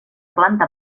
planta